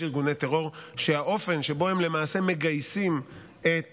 יש ארגוני טרור שהאופן שבו הם מגייסים את